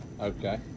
Okay